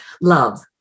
love